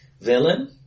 villain